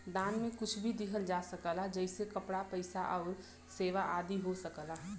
दान में कुछ भी दिहल जा सकला जइसे कपड़ा, पइसा आउर सेवा आदि हो सकला